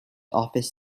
office